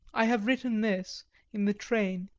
i have written this in the train.